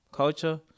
culture